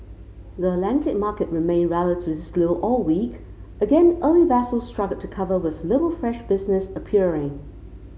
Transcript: the Atlantic market remained relatively slow all week again early vessels struggled to cover with little fresh business appearing